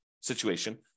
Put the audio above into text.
situation